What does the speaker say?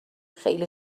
خیلی